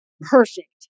perfect